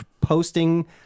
posting